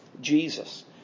Jesus